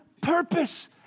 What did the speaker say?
purpose